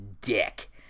dick